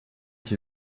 que